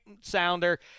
sounder